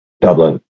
Dublin